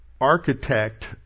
architect